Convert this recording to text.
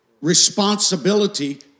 responsibility